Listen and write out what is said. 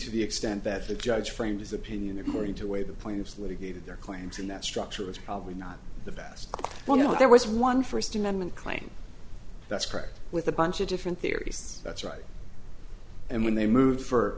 to the extent that the judge framed his opinion or more into a the point of what he gave their claims in that structure was probably not the best one oh there was one first amendment claim that's correct with a bunch of different theories that's right and when they moved for